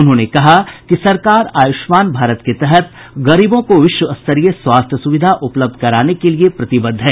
उन्होंने कहा कि सरकार आयुष्मान भारत के तहत गरीबों को विश्व स्तरीय स्वास्थ्य सुविधा उपलब्ध कराने के लिये प्रतिबद्ध है